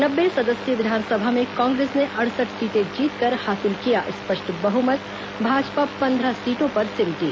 नब्बे सदस्यीय विधानसभा में कांग्रेस ने अड़सठ सीटें जीतकर हासिल किया स्पष्ट बहुमत भाजपा पंद्रह सीटों पर सिमटी